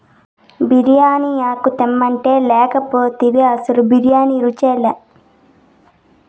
బిర్యానీ ఆకు తెమ్మంటే తేక పోతివి అసలు బిర్యానీ రుచిలే